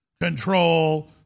control